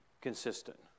consistent